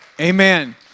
Amen